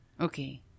Okay